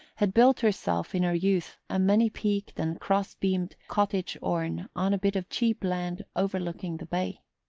had built herself in her youth a many-peaked and cross-beamed cottage-orne on a bit of cheap land overlooking the bay.